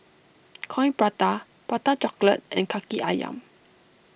Coin Prata Prata Chocolate and Kaki Ayam